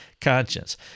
conscience